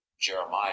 Jeremiah